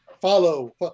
follow